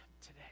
today